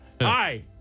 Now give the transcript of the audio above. Hi